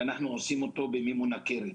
ואנחנו עושים את ההדרכה במימון הקרן.